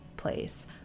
place